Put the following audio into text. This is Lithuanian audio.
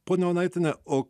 ponia onaitiene o